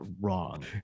wrong